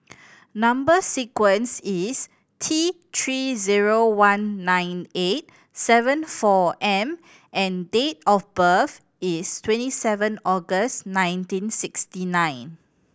number sequence is T Three zero one nine eight seven four M and date of birth is twenty seven August nineteen sixty nine